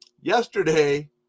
yesterday